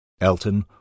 Elton